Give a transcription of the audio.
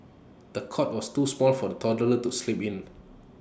the cot was too small for the toddler to sleep in